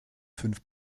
fünf